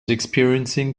experiencing